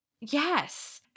Yes